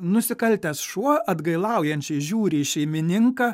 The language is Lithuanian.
nusikaltęs šuo atgailaujančiai žiūri į šeimininką